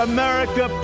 America